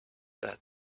that